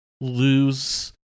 lose